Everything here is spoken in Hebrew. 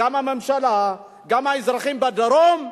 גם הממשלה וגם האזרחים בדרום,